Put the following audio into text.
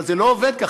אבל זה לא עובד כך,